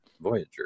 Voyager